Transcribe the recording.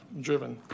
driven